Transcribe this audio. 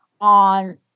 on